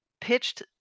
pitched